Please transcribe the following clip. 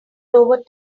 over